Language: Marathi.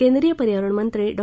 केंद्रीय पर्यावरण मंत्री डॉ